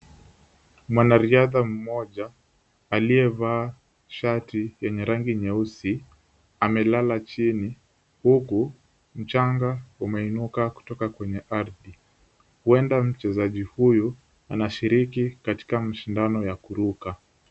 Mwanariadha mmoja, aliyevaa shati yenye rangi nyeusi amelala chini. Huku mchanga umeinuka kutoka kwenye ardhi. Huenda mchezaji huyu anashiriki katika mashindano ya kuruka.